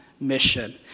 mission